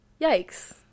Yikes